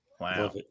Wow